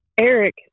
Eric